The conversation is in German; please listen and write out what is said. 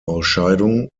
ausscheidung